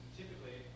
typically